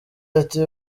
ati